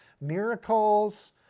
miracles